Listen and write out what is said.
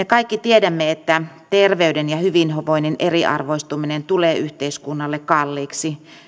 kaikki tiedämme että terveyden ja hyvinvoinnin eriarvoistuminen tulee yhteiskunnalle kalliiksi